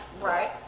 Right